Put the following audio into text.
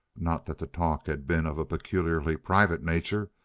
not that the talk had been of a peculiarly private nature,